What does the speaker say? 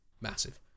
massive